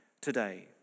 today